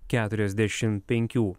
keturiasdešim penkių